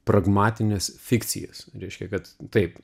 pragmatines fikcijas reiškia kad taip